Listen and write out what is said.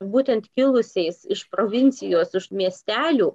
būtent kilusiais iš provincijos miestelių